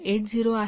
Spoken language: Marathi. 80 आहे